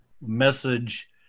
message